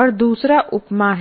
और दूसरा उपमा है